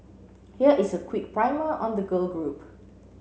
here is a quick primer on the girl group